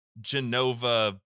Genova